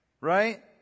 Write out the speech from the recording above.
Right